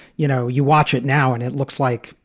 you know, you watch it now and it looks like,